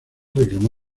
reclamó